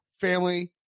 family